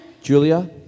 Julia